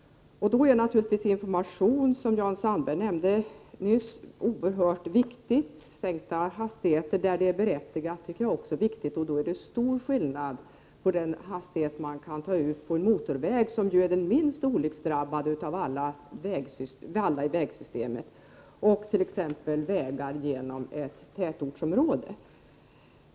Då är naturligtvis information, som Jan Sandberg nämnde nyss, någonting oerhört viktigt. Sänkta hastigheter, där det är berättigat, är också viktigt, men det är då stor skillnad på den hastighet man kan hålla på motorvägarna som ju är de minst olycksdrabbade av alla i vägsystemet, och t.ex. vägar genom ett tätortsområde.